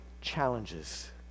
challenges